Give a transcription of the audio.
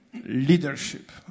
Leadership